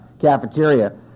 cafeteria